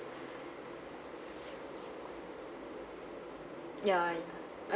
ya ya